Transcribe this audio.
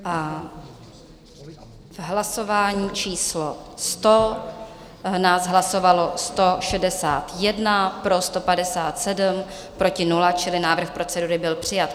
V hlasování číslo 100 nás hlasovalo 161, pro 157, proti 0, čili návrh procedury byl přijat.